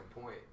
point